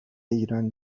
ایران